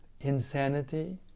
insanity